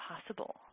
possible